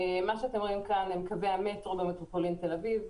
אתם רואים כאן את קווי המטרו במטרופולין תל-אביב.